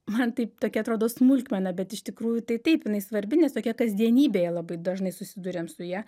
man taip tokia atrodo smulkmena bet iš tikrųjų tai taip jinai svarbi nes tokia kasdienybėje labai dažnai susiduriam su ja